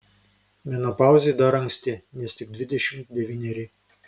menopauzei dar anksti nes tik dvidešimt devyneri